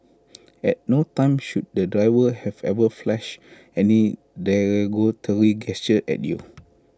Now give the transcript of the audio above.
at no time should the driver have ever flashed any derogatory gesture at you